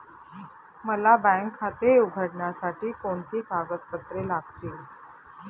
मला बँक खाते उघडण्यासाठी कोणती कागदपत्रे लागतील?